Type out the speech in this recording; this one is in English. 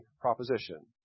proposition